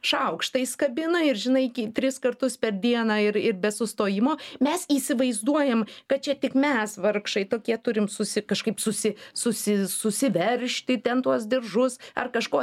šaukštais kabina ir žinai tris kartus per dieną ir ir be sustojimo mes įsivaizduojam kad čia tik mes vargšai tokie turim susi kažkaip susi susi susiveržti ten tuos diržus ar kažko